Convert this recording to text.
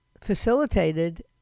facilitated